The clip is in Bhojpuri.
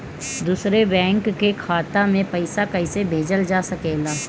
दूसरे बैंक के खाता में पइसा कइसे भेजल जा सके ला?